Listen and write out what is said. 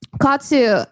Katsu